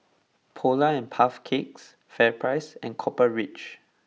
Polar and Puff Cakes FairPrice and Copper Ridge